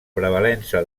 prevalença